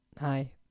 Hi